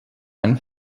einen